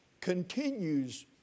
Continues